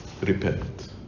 repent